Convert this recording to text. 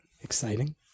exciting